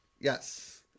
Yes